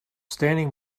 standing